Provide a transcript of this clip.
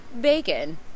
bacon